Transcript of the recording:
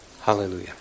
Hallelujah